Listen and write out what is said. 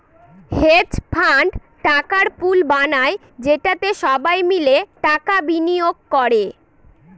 hedge fund টাকার pool বানায় যেটাতে সবাই মিলে টাকা বিনিয়োগ করে